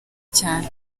cyane